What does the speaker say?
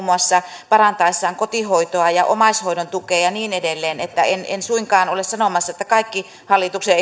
muassa parantaessaan kotihoitoa ja omaishoidon tukea ja niin edelleen niin että en en suinkaan ole sanomassa että kaikki hallituksen